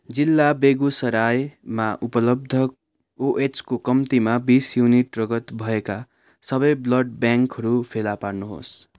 जिल्ला बेगुसरायमा उपलब्ध ओएचको कम्तीमा बिस युनिट रगत भएका सबै ब्लड ब्याङ्कहरू फेला पार्नुहोस्